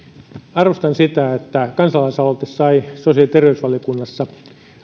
arvostan sitä että kansalaisaloite sai sosiaali ja terveysvaliokunnassa